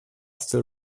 still